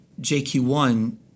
JQ1